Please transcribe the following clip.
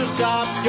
Stop